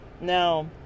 now